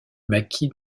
maquis